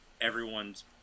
everyone's